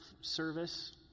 service